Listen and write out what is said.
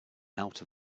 out